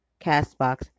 CastBox